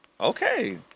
Okay